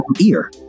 ear